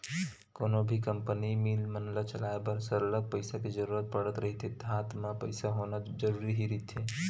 कोनो भी company, mill मन ल चलाय बर सरलग पइसा के जरुरत पड़त रहिथे हात म पइसा होना जरुरी ही रहिथे